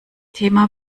thema